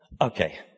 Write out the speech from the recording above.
Okay